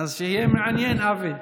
אז שיהיה מעניין, אבי.